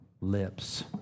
lips